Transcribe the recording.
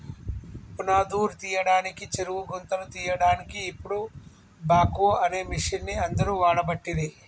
పునాదురు తీయడానికి చెరువు గుంతలు తీయడాన్కి ఇపుడు బాక్వో అనే మిషిన్ని అందరు వాడబట్టిరి